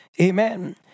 Amen